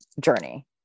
journey